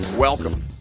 Welcome